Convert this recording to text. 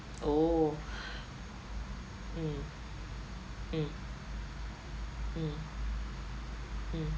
oh mm mm mm mm